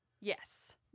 Yes